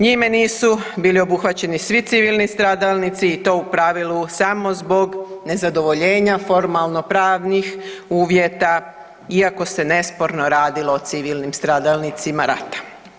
Njime nisu bili obuhvaćeni svi civilni stradalnici i to u pravilu samo zbog nezadovoljenja formalno-pravnih uvjeta iako se nesporno radilo o civilnim stradalnicima rata.